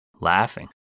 laughing